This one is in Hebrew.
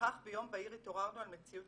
וכך ביום בהיר התעוררנו על מציאות